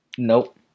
nope